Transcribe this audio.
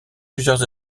plusieurs